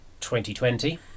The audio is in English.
2020